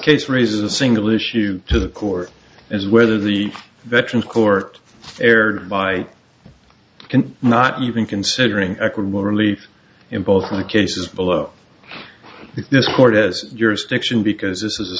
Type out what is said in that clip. case raise a single issue to the court as whether the veteran court erred by not even considering equitable relief in both cases below if this court has jurisdiction because this is a